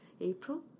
April